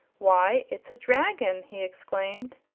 why, it's a dragon! he exclaimed.